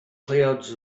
clouds